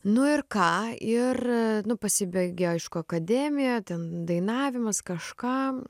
nu ir ką ir pasibaigė aišku akademija ten dainavimas kažką